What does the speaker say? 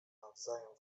nawzajem